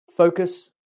Focus